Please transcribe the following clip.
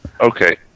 Okay